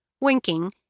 Winking